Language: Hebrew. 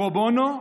פרו בונו,